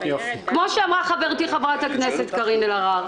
כמו שאמרה חברתי חברת הכנסת קארין אלהרר,